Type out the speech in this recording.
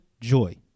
joy